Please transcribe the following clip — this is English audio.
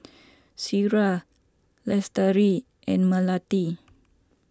Syirah Lestari and Melati